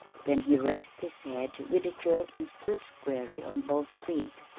then he raised his head with a jerk and stood squarely on both feet.